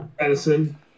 medicine